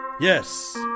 yes